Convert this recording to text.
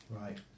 Right